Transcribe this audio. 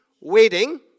waiting